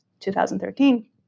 2013